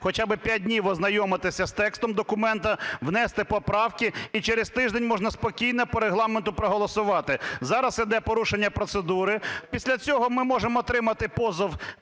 хоча би 5 днів ознайомитися з текстом документа, внести поправки і через тиждень можна спокійно по Регламенту проголосувати. Зараз іде порушення процедури. Після цього ми можемо отримати позов